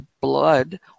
blood